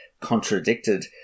contradicted